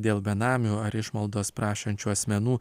dėl benamių ar išmaldos prašančių asmenų